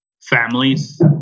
families